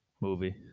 Movie